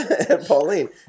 Pauline